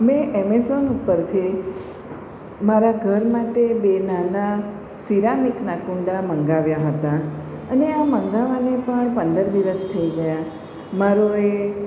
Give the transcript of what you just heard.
મે Amazon ઉપરથી મારા ઘર માટે બે નાના સિરામીકનાં કુંડા મંગાવ્યા હતાં અને આ મગાવવાને પણ પંદર દિવસ થઈ ગયા મારો એ